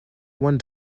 one